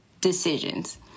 decisions